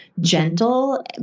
gentle